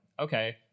okay